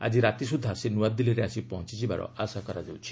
ଆଜି ରାତି ସୁଦ୍ଧା ସେ ନୂଆଦିଲ୍ଲୀରେ ଆସି ପହଞ୍ଚିବାର ଆଶା କରାଯାଉଛି